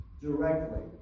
directly